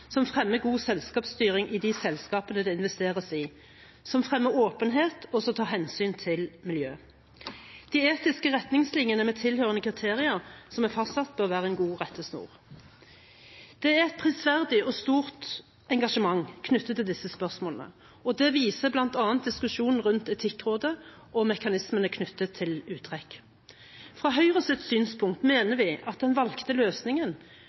som fremmer god selskapsstyring i de selskapene det investeres i, som fremmer åpenhet, og som tar hensyn til miljøet. De etiske retningslinjene med tilhørende kriterier som er fastsatt, bør være en god rettesnor. Det er et prisverdig stort engasjement knyttet til disse spørsmålene. Det viser bl.a. diskusjonen rundt Etikkrådet og mekanismene knyttet til uttrekk. Fra Høyres synspunkt mener vi at den valgte løsningen